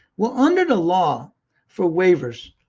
well, under the law for waivers,